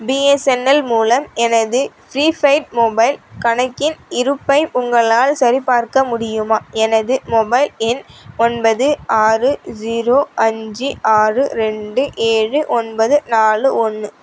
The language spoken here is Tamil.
பிஎஸ்என்எல் மூலம் எனது ஃப்ரீபெய்ட் மொபைல் கணக்கின் இருப்பை உங்களால் சரிபார்க்க முடியுமா எனது மொபைல் எண் ஒன்பது ஆறு ஜீரோ அஞ்சு ஆறு ரெண்டு ஏழு ஒன்பது நாலு ஒன்று